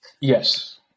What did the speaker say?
Yes